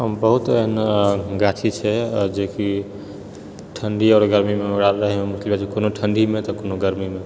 बहुत एहन गाछी छै जेकि ठण्डी आओर गर्मीमे ओकरा रहैमे की कहै छै कोनो ठण्डीमे तऽ कोनो गर्मीमे